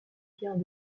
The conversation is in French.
pierre